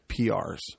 PRs